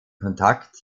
kontakt